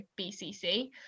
BCC